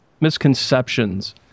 misconceptions